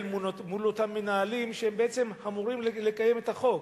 מול אותם מנהלים שבעצם אמורים לקיים את החוק.